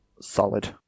solid